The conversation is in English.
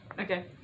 Okay